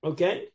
Okay